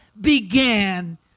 began